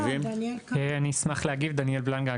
דניאל בלנגה,